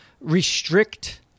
restrict